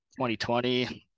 2020